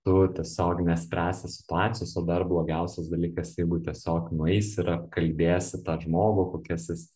tu tiesiog nespręsi situacijos o dar blogiausias dalykas jeigu tiesiog nueisi ir apkalbėsi tą žmogų kokias jis